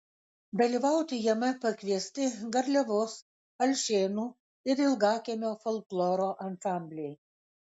dalyvauti jame pakviesti garliavos alšėnų ir ilgakiemio folkloro ansambliai